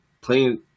playing